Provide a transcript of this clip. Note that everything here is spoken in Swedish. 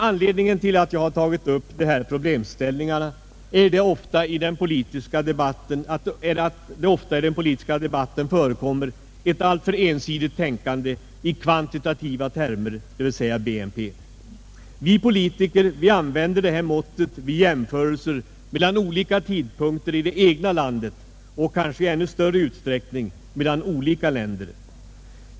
Anledningen till att jag tagit upp dessa problemställningar är att det ofta i den politiska debatten förekommer ett alltför ensidigt tänkande i kvantitativa termer, dvs. BNP. Vi politiker artvänder BNP-måttet vid jämförelser mellan olika tidpunkter i det egna landet och kanske i ännu större utsträckning mellan olika länder.